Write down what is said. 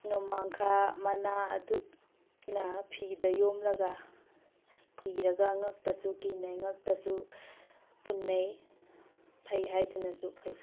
ꯅꯣꯡꯃꯥꯡꯈꯥ ꯃꯅꯥ ꯑꯗꯨꯅ ꯐꯤꯗ ꯌꯣꯝꯂꯒ ꯀꯤꯔꯒ ꯉꯛꯇꯁꯨ ꯀꯤꯅꯩ ꯉꯛꯇꯁꯨ ꯄꯨꯟꯅꯩ ꯐꯩ ꯍꯥꯏꯗꯨꯅꯁꯨ ꯐꯩ